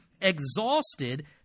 exhausted